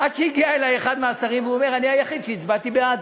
עד שהגיע אלי אחד מהשרים והוא אומר: אני היחיד שהצבעתי בעד.